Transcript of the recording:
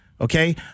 Okay